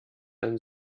ein